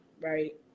right